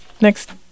next